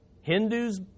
Hindus